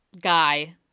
guy